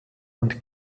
und